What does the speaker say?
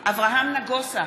אברהם נגוסה,